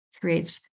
creates